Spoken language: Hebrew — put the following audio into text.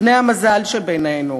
בני המזל שבינינו.